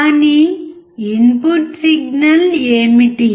కానీ input signal ఏమిటి